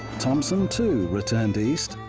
thompson too, returned east,